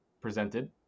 presented